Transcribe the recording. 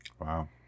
Wow